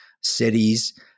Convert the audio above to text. cities